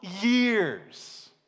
years